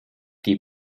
die